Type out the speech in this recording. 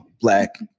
black